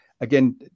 again